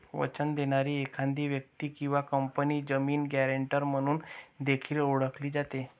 वचन देणारी एखादी व्यक्ती किंवा कंपनी जामीन, गॅरेंटर म्हणून देखील ओळखली जाते